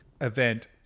event